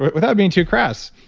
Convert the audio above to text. but without being too crass,